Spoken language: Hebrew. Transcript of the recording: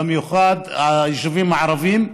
במיוחד היישובים הערביים.